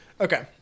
Okay